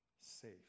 safe